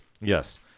Yes